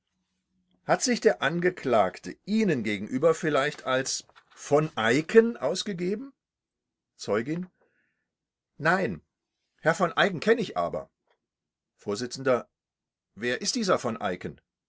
hat sich der angeklagte ihnen gegenüber vielleicht als v eicken ausgegeben zeugin nein herrn v eicken kenne ich aber vors wer ist dieser v eicken